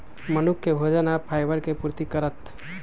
मनुख के भोजन आ फाइबर के पूर्ति करत